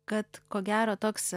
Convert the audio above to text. kad ko gero toks